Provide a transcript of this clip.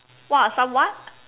what are some what